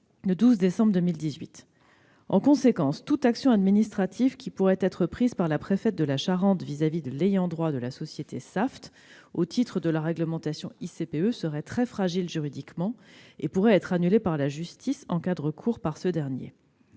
le 12 décembre 2018. En conséquence, toute action administrative qui serait entreprise par la préfète de la Charente à l'égard de l'ayant droit de la société Saft au titre de la réglementation ICPE serait juridiquement très fragile et pourrait être annulée par la justice, en cas de recours de ce dernier.